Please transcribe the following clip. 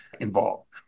involved